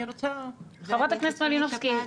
אני רוצה --- חברת הכנסת מלינובסקי,